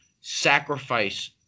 sacrifice